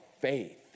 faith